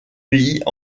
pays